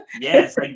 Yes